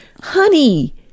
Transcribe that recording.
Honey